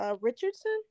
Richardson